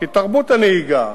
כי תרבות הנהיגה,